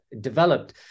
developed